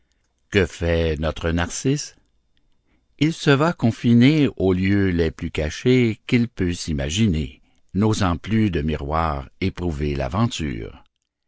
que fait notre narcisse il se va confiner aux lieux les plus cachés qu'il peut s'imaginer n'osant plus des miroirs éprouver l'aventure